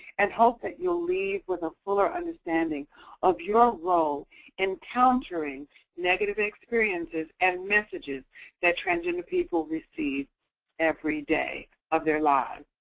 and hope that you'll leave with a fuller understanding of your role in countering negative experiences and messages that transgender people receive every day of their lives.